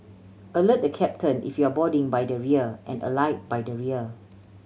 alert the captain if you're boarding by the rear and alight by the rear